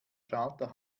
schalter